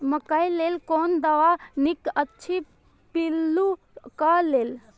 मकैय लेल कोन दवा निक अछि पिल्लू क लेल?